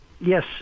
Yes